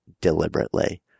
deliberately